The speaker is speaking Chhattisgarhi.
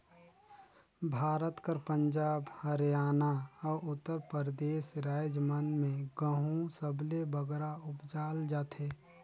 भारत कर पंजाब, हरयाना, अउ उत्तर परदेस राएज मन में गहूँ सबले बगरा उपजाल जाथे